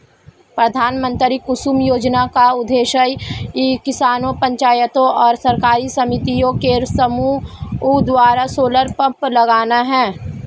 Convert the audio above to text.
प्रधानमंत्री कुसुम योजना का उद्देश्य किसानों पंचायतों और सरकारी समितियों के समूह द्वारा सोलर पंप लगाना है